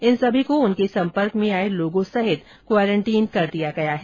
इन सभी को उनके सम्पर्क में आए लोगों सहित क्वारंटीन कर दिया गया है